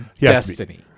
destiny